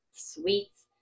sweets